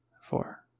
four